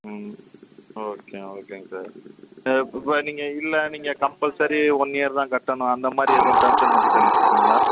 ம் ஓகே ஓகேங் சார் இப் இப்போ நீங்கள் இல்லை நீங்கள் கம்பல்சரி ஒன் இயர் தான் கட்டணும் அந்த மாதிரி எதுவும் டேர்ம்ஸ் அண்ட் கண்டிஷன் வச்சிருக்கிங்களா